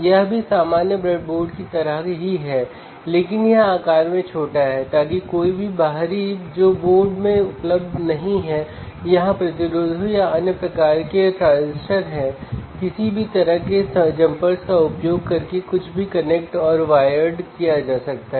और हम व्यावहारिक दृष्टिकोण से इंस्ट्रूमेंटेशन एम्पलीफायर को समझते हैं